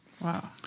Wow